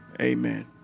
Amen